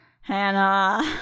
Hannah